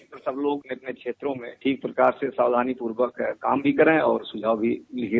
इस पर सब लोग अपने अपने क्षेत्रों में ठीक प्रकार से सावधानी पूर्वक काम भी करें और सुझाव भी लिये